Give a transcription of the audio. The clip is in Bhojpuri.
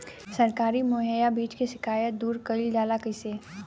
सरकारी मुहैया बीज के शिकायत दूर कईल जाला कईसे?